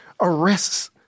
arrests